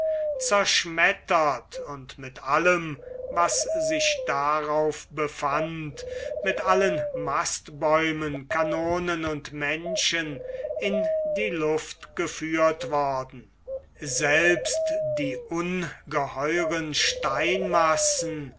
zerschmettert und mit allem was sich darauf befand mit allen mastbäumen kanonen und menschen in die luft geführt worden selbst die ungeheuren steinmassen